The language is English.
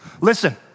listen